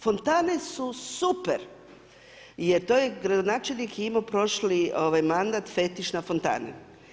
Fontane su super je to je, gradonačelnik je imao prošli mandat fetiš na fontane.